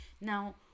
now